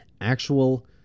actual